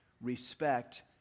respect